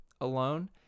alone